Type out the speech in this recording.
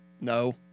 No